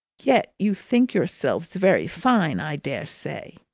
yet you think yourselves very fine, i dare say!